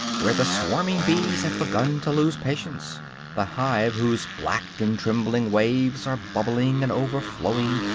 where the swarming bees have begun to lose patience the hive whose black and trembling waves are bubbling and overflowing,